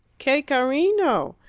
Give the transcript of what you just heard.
che carino!